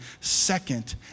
second